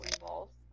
involves